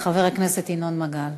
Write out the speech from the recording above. חבר הכנסת ינון מגל.